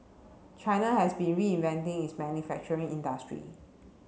China has been reinventing its manufacturing industry